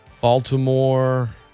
Baltimore